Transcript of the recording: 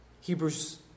Hebrews